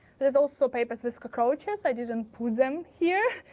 there's also papers with cockroaches, i didn't put them here.